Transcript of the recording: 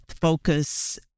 focus